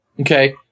Okay